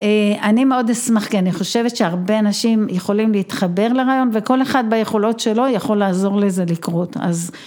אני מאוד אשמח כי אני חושבת שהרבה אנשים יכולים להתחבר לרעיון וכל אחד ביכולות שלו יכול לעזור לזה לקרות אז